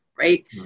right